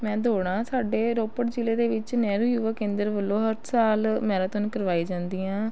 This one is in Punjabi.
ਮੈਂ ਦੌੜਾਂ ਸਾਡੇ ਰੋਪੜ ਜ਼ਿਲ੍ਹੇ ਦੇ ਵਿੱਚ ਨਹਿਰੂ ਯੁਵਾ ਕੇਂਦਰ ਵੱਲੋਂ ਹਰ ਸਾਲ ਮੈਰਾਥੋਨ ਕਰਾਈ ਜਾਂਦੀਆਂ